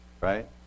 Right